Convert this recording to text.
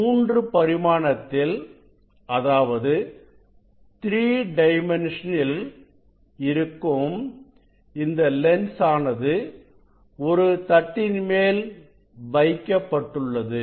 மூன்று பரிமாணத்தில் அதாவது 3 டைமென்ஷன் இல் இந்த லென்ஸ் ஆனது ஒரு தட்டின் மேல் வைக்கப்பட்டுள்ளது